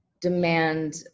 demand